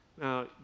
Now